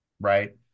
right